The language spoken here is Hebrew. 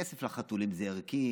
כסף לחתולים זה ערכי,